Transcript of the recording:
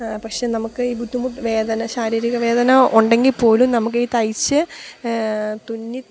പക്ഷെ നമുക്ക് ബുദ്ധിമുട്ട് വേദന ശാരീരികവേദന ഉണ്ടെങ്കിൽപ്പോലും നമുക്ക് ഈ തയ്ച്ച് തുന്നി